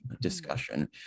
discussion